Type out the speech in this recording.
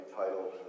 titled